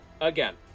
again